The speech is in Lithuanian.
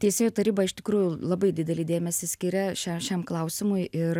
teisėjų taryba iš tikrųjų labai didelį dėmesį skiria šią šiam klausimui ir